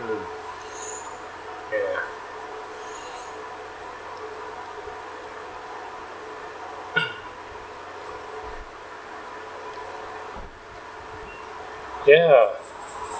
mm ya ya